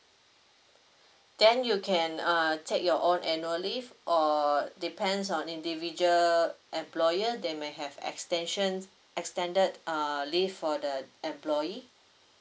then you can uh take your own annual leave or depends on individual employer they may have extensions extended uh leave for the employee